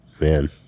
Man